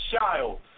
child